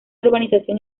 urbanización